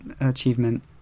achievement